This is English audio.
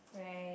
right